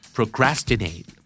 Procrastinate